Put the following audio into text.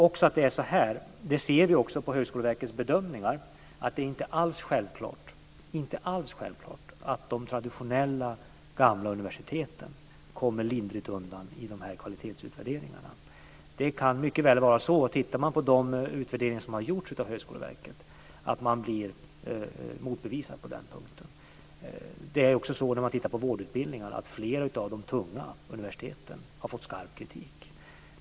Vi ser på Högskoleverkets bedömningar att det inte alls är självklart att de traditionella gamla universiteten kommer lindrigt undan i kvalitetsutvärderingarna. Tittar man på de utvärderingar som har gjorts av Högskoleverket blir man motbevisad på den punkten. Flera av de tunga universiteten har fått skarp kritik när det gäller vårdutbildningarna.